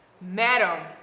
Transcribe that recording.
Madam